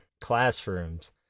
classrooms